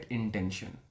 Intention